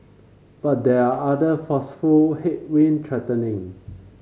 but there are other forceful headwind threatening